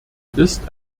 ist